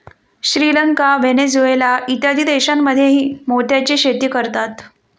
Sri Lanka, Venezuela इत्यादी देशांमध्येही मोत्याची शेती करतात